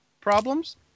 problems